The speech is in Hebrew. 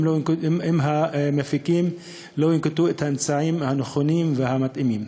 אם המפיקים לא ינקטו את האמצעים הנכונים והמתאימים.